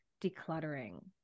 Decluttering